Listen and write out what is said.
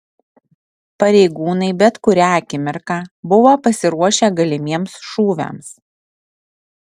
pareigūnai bet kurią akimirką buvo pasiruošę galimiems šūviams